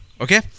Okay